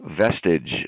vestige